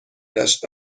داشت